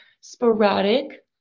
sporadic